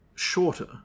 shorter